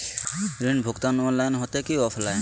ऋण भुगतान ऑनलाइन होते की ऑफलाइन?